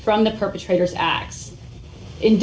from the perpetrators acts in